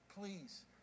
please